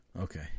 Okay